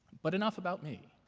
but enough about me.